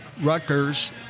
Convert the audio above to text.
Rutgers